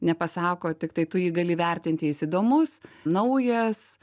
nepasako tiktai tu jį gali vertinti jis įdomus naujas